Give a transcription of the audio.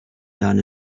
down